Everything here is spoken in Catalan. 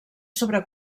sobre